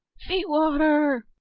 feet-water!